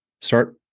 Start